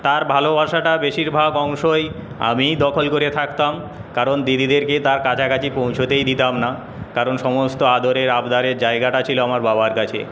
বেশিরভাগ অংশই আমিই দখল করে থাকতাম কারণ দিদিদেরকে তার কাছাকাছি পৌঁছতেই দিতাম না কারণ সমস্ত আদরের আবদারের জায়গাটা ছিলো আমার বাবার কাছে